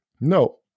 No